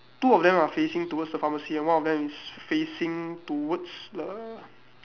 two of them are facing towards the pharmacy and one of them is facing towards the